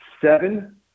seven